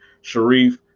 Sharif